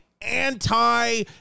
anti